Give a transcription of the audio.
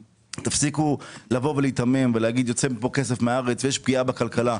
תפסיקו לבוא ולהיתמם ולומר: יוצא מפה כסף מהארץ ויש פגיעה בכלכלה.